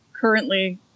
currently